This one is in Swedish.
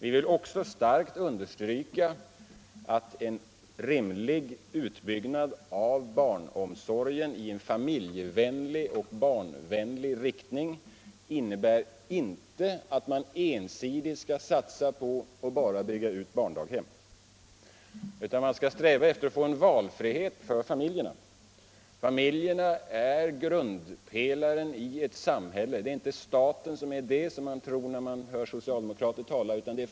Vi vill också starkt understryka att en rimlig utbyggnad av barnomsorgen i en familjevänlig och barnvänlig riktning inte innebär att man ensidigt skall satsa på att bygga barndaghem. Man skall i stället sträva efter en valfrihet för familjerna. Familjerna är grundpelaren i samhället —- inte staten som man kan tro när man hör socialdemokrater tala.